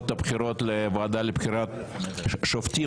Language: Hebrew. את הבחירות לוועדה לבחירות שופטים,